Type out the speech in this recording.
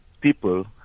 people